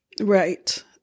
Right